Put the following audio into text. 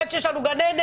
עד שיש לנו גננת,